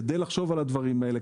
כדי לחשוב על הדברים האלה,